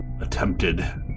attempted